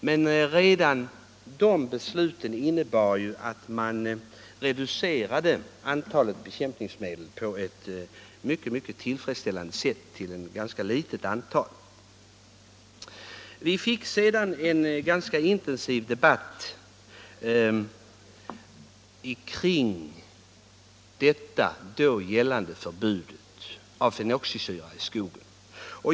Men redan detta beslut innebar att antalet bekämpningsmedel reducerades på ett mycket tillfredsställande sätt och att medlen blev ganska få. Vi fick sedan en rätt intensiv debatt kring då gällande förbud mot spridning av fenoxisyror i skogen.